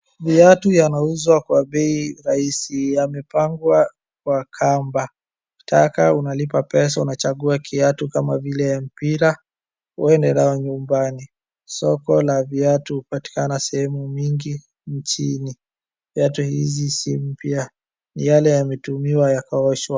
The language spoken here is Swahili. Viatu yanauzwa kwa bei rahisi, yamepangwa kwa kamba .Ukitaka unalipa pesa unachangua kiatu kama vile mpira uende nayo nyumbani. Soko la viatu hutapikana seehemu mingi nchini. Viatu hizi si mpya ni yale yametumiwa ya kaoshwa.